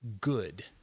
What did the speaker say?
good